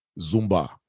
Zumba